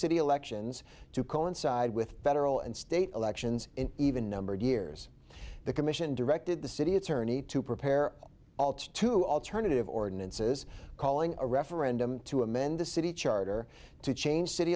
city elections to coincide with federal and state elections in even numbered years the commission directed the city attorney to prepare two alternative ordinances calling a referendum to amend the city charter to change city